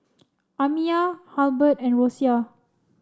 Amiya Halbert and Rosia